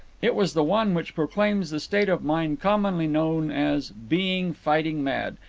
it was the one which proclaims the state of mind commonly known as being fighting mad,